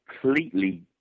completely